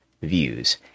views